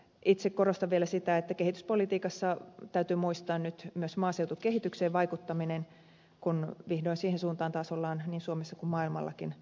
itse korostan vielä sitä että kehityspolitiikassa täytyy muistaa nyt myös maaseutukehitykseen vaikuttaminen kun vihdoin siihen suuntaan taas ollaan niin suomessa kuin maailmallakin palaamassa